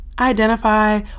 identify